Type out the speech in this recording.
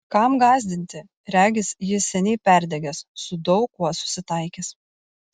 kam gąsdinti regis jis seniai perdegęs su daug kuo susitaikęs